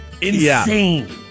Insane